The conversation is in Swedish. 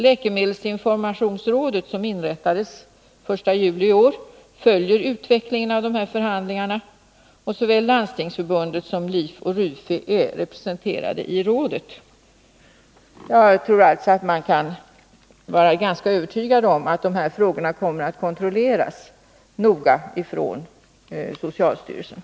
Läkemedelsinformationsrådet, som inrättades den 1 juli i år, följer utvecklingen av dessa förhandlingar, och såväl Landstingsförbundet som LIF och RUFI är representerade i rådet. Jag tror alltså att man kan vara ganska övertygad om att socialstyrelsen kommer att kontrollera de här frågorna noga.